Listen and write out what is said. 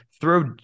Throw